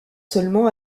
seulement